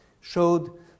showed